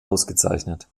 ausgezeichnet